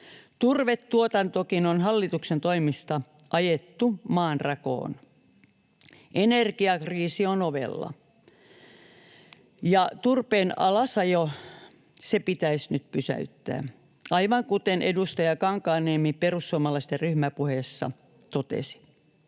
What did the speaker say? Turvetuotantokin on hallituksen toimesta ajettu maanrakoon. Energiakriisi on ovella. Ja turpeen alasajo, se pitäisi nyt pysäyttää, aivan kuten edustaja Kankaanniemi perussuomalaisten ryhmäpuheessa totesi.